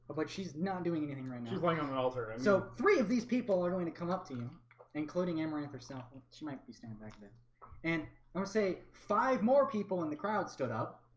but she's not doing anything, right? she's laying on the altar so three of these people are going to come up to you including amaranth or something she might be stand back then and i don't say five more people in the crowd stood up